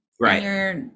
right